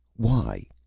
why?